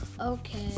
okay